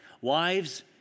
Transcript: Wives